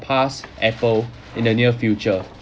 surpass Apple in the near future